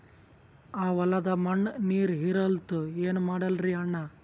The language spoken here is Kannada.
ಆ ಹೊಲದ ಮಣ್ಣ ನೀರ್ ಹೀರಲ್ತು, ಏನ ಮಾಡಲಿರಿ ಅಣ್ಣಾ?